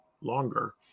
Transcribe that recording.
longer